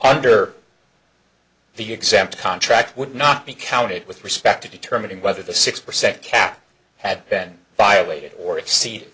under the exempt contract would not be counted with respect to determining whether the six percent cap had been violated or exceed